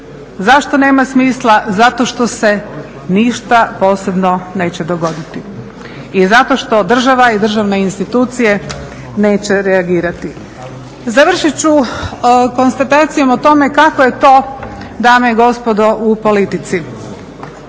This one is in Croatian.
Zašto nema smisla? Zato što se ništa posebno neće dogoditi i zato što država i državne institucije neće reagirati. Završit ću konstatacijom o tome kako je to, dame i gospodo, u politici.